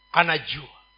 anajua